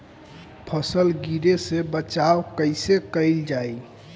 फसल गिरे से बचावा कैईसे कईल जाई?